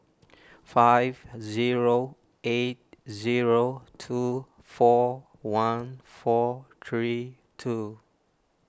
five zero eight zero two four one four three two